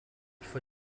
for